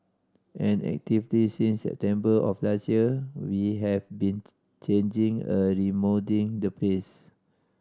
and actively since September of last year we have been changing a remoulding the place